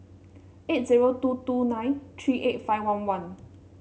eight zero two two nine three eight five one one